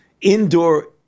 indoor